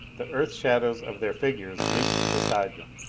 the earth shadows of their figures leaped beside them.